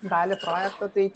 dalį projekto tai